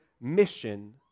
mission